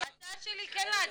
ההצעה שלי כן לעדכן.